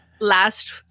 last